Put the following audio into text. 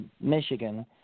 Michigan